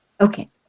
Okay